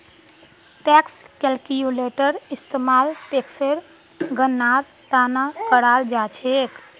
tax calculator इस्तेमाल टेक्सेर गणनार त न कराल जा छेक